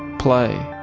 play.